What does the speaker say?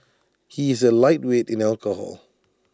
he is A lightweight in alcohol